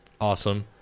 awesome